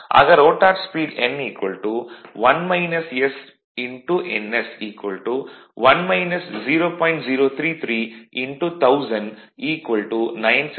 ஆக rotor speed n ns 1 0